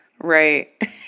right